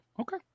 okay